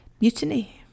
mutiny